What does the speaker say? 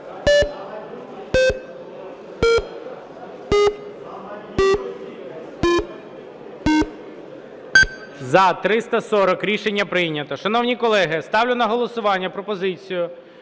За-340 Рішення прийнято. Шановні колеги, ставлю на голосування пропозицію: